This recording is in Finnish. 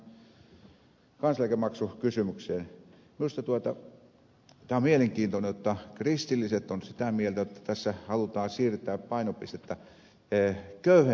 minusta tämä on mielenkiintoista jotta kristilliset ovat sitä mieltä jotta tässä halutaan siirtää painopistettä köyhempien maksettavaksi